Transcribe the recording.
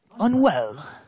Unwell